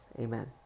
Amen